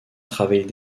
travaillait